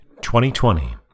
2020